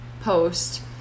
post